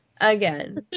Again